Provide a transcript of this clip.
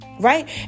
Right